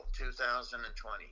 2020